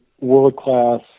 world-class